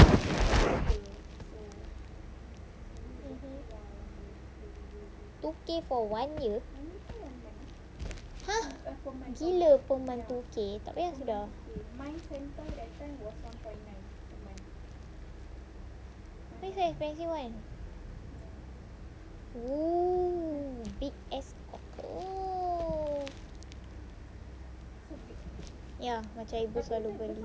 two K for one year !huh! gila per month two K tak payah sudah why so expensive [one] oh big ass oh ya macam ibu selalu beli